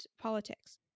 politics